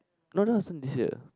no that wasn't this year